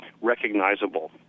recognizable